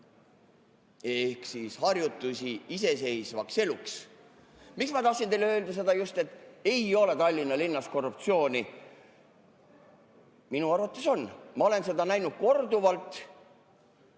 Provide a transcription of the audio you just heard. Ehk siis harjutusi iseseisvaks eluks. Miks ma tahtsin teile öelda just seda, et ei ole Tallinna linnas korruptsiooni? Minu arvates on, ma olen seda näinud korduvalt